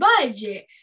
budget